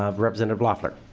ah representative loeffler.